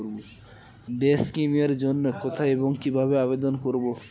Day scheme এর জন্য কোথায় এবং কিভাবে আবেদন করব?